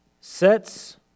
sets